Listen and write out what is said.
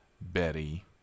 Betty